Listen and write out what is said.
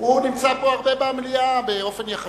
הוא נמצא פה הרבה במליאה, באופן יחסי.